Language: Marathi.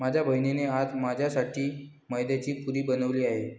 माझ्या बहिणीने आज माझ्यासाठी मैद्याची पुरी बनवली आहे